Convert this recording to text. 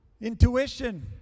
intuition